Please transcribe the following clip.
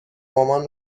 مامان